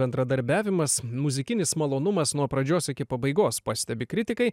bendradarbiavimas muzikinis malonumas nuo pradžios iki pabaigos pastebi kritikai